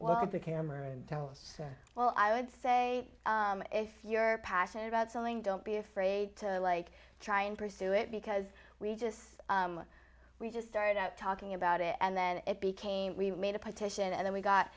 hat the camera and tell us well i would say if you're passionate about selling don't be afraid to like try and pursue it because we just we just started out talking about it and then it became we made a petition and then we got